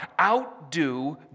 outdo